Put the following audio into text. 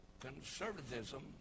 Conservatism